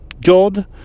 god